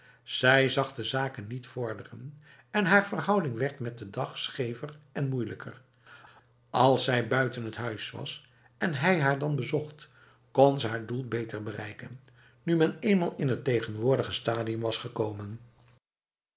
zij zag de zaken niet vorderen en haar verhouding werd met de dag schever en moeilijker als zij buiten het huis was en hij haar dan bezocht kon ze haar doel beter bereiken nu men eenmaal in het tegenwoordig stadium was gekomen